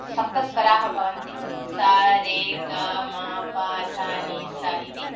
सप्तस्वराः भवन्ति स रे ग म प ध नि सा इति